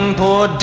poor